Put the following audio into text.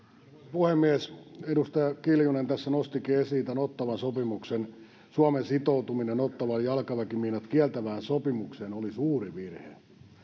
puhemies edustaja kiljunen tässä nostikin esiin ottawan sopimuksen suomen sitoutuminen ottawan jalkaväkimiinat kieltävään sopimukseen oli suuri virhe